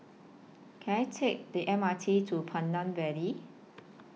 Can I Take The M R T to Pandan Valley